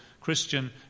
Christian